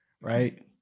right